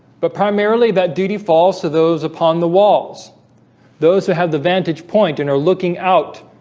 but primarily that duty falls to those upon the walls those who have the vantage point and are looking out